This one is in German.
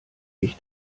ich